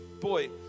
boy